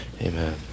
Amen